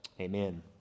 Amen